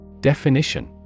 Definition